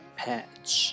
patch